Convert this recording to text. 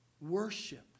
Worship